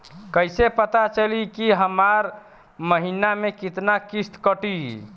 कईसे पता चली की हमार महीना में कितना किस्त कटी?